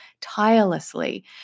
tirelessly